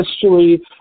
history